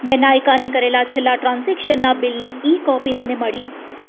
મેં નાયકાને કરેલાં છેલ્લાં ટ્રાન્ઝેક્શનનાં બિલની ઈકોપી મને મળી